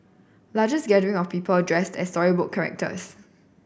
largest gathering of people dressed as storybook characters